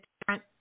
different